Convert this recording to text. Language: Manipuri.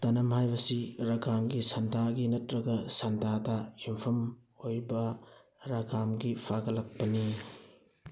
ꯇꯅꯝ ꯍꯥꯏꯕꯁꯤ ꯔꯒꯥꯝꯒꯤ ꯁꯟꯗꯥꯒꯤ ꯅꯠꯇ꯭ꯔꯒ ꯁꯟꯗꯥꯗ ꯌꯨꯝꯐꯝ ꯑꯣꯏꯕ ꯔꯒꯥꯝꯒꯤ ꯐꯥꯒꯠꯂꯛꯄꯅꯤ